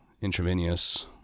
intravenous